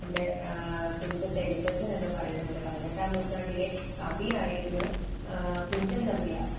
നമ്മുടെ തുഞ്ചത്തെഴുത്തച്ഛന് എന്ന് പറയുന്നത് പതിനെട്ടാം നൂറ്റാണ്ടിലെ കവിയായിരുന്നു കുഞ്ചന് നമ്പ്യാര്